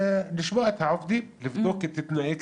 לשמוע את העובדים, לבדוק את תנאי כניסתם,